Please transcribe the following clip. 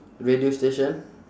radio station